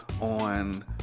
on